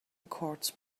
courts